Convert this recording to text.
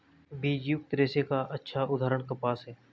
बीजयुक्त रेशे का अच्छा उदाहरण कपास है